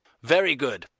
very good.